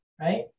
Right